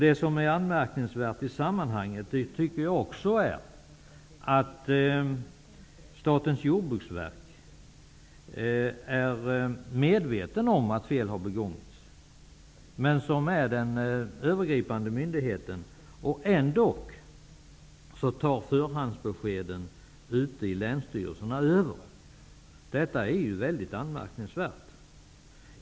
Jag tycker att det i sammanhanget är anmärkningsvärt att Statens jordbruksverk är medvetet om att fel har begåtts. Jordbruksverket är den övergripande myndigheten. Ändock tar förhandsbeskeden från Länsstyrelserna över. Detta är mycket anmärkningsvärt.